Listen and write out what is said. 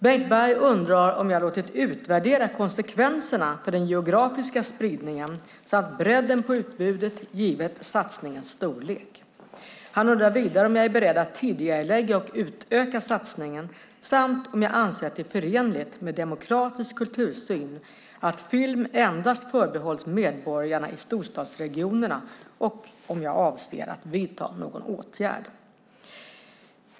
Bengt Berg undrar om jag har låtit utvärdera konsekvenserna för den geografiska spridningen samt bredden på utbudet givet satsningens storlek. Han undrar vidare om jag är beredd att tidigarelägga och utöka satsningen samt om jag anser att det är förenligt med en demokratisk kultursyn att film förbehålls endast medborgarna i storstadsregionerna och om jag avser att vidta någon åtgärd.